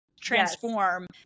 transform